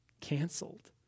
canceled